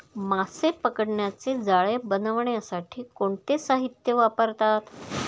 मासे पकडण्याचे जाळे बनवण्यासाठी कोणते साहीत्य वापरतात?